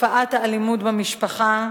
תופעת האלימות במשפחה